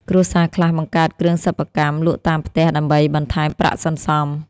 គ្រួសារខ្លះបង្កើតគ្រឿងសិប្បកម្មលក់តាមផ្ទះដើម្បីបន្ថែមប្រាក់សន្សំ។